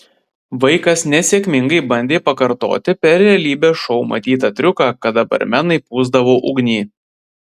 vaikas nesėkmingai bandė pakartoti per realybės šou matytą triuką kada barmenai pūsdavo ugnį